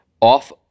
off